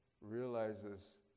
realizes